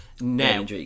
now